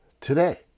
today